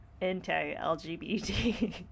anti-lgbt